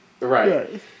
Right